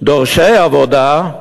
דורשי עבודה,